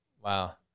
Wow